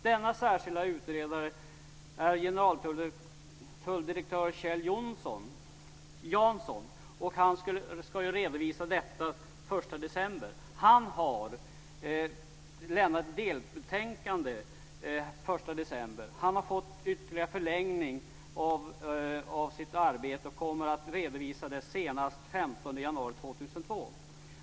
Denne särskilde utredare är generaltulldirektör Kjell Jansson. Han skulle redovisa detta den 1 december. Han har lämnat ett delbetänkande då, och han har fått ytterligare förlängning för sitt arbete och kommer att redovisa det senast den 15 januari 2002.